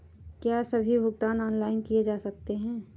क्या सभी भुगतान ऑनलाइन किए जा सकते हैं?